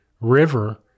River